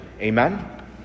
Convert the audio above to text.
Amen